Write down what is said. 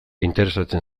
interesatzen